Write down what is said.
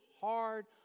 hard